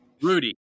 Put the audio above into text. Rudy